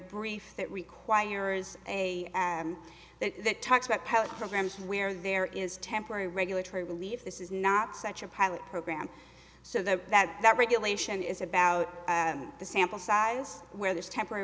brief that requires a am that that talks about pilot programs where there is temporary regulatory relief this is not such a pilot program so that that that regulation is about the sample size where this temporary